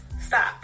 stop